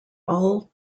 all